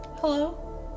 Hello